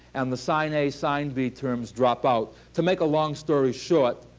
and the sine a sine b terms drop out. to make a long story short,